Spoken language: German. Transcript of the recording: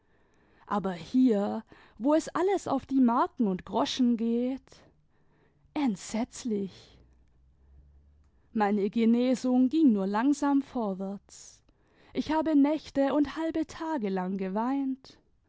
aber hier wo es alles auf die marken und groschen geht entsetzlich i meine genesung ging nur langsam vorwärts ich habe nächte und halbe tage lang geweint